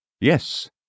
Yes